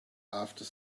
after